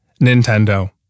Nintendo